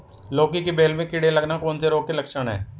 लौकी की बेल में कीड़े लगना कौन से रोग के लक्षण हैं?